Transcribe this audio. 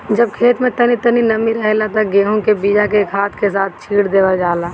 जब खेत में तनी तनी नमी रहेला त गेहू के बिया के खाद के साथ छिट देवल जाला